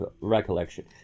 recollection